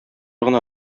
гына